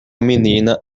menina